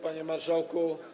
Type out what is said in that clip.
Panie Marszałku!